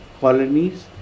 colonies